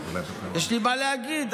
יש לי מה להגיד.